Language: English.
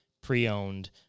pre-owned